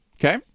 Okay